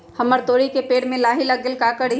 हमरा तोरी के पेड़ में लाही लग गेल है का करी?